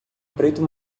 preto